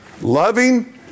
loving